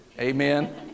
Amen